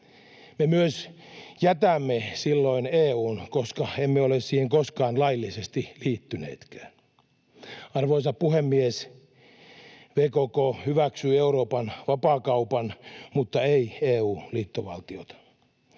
Me myös jätämme silloin EU:n, koska emme ole siihen koskaan laillisesti liittyneetkään. Arvoisa puhemies! VKK hyväksyy Euroopan vapaakaupan mutta ei EU-liittovaltiota.